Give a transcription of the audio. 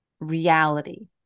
reality